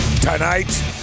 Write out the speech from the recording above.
Tonight